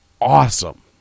awesome